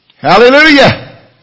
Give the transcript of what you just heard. Hallelujah